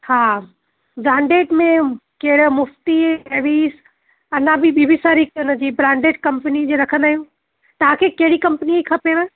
हा ब्रांडेड में कहिड़ो मुफ़्ती लेविस अञा बि ॿीं बि सारी हिनजी ब्रांडेड कंपनी जी रखंदा आहियूं तव्हांखे कहिड़ी कंपनी जी खपेव